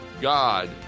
God